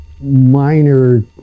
minor